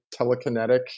telekinetic